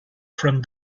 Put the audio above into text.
from